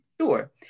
sure